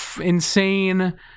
insane